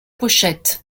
pochette